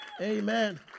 Amen